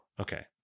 okay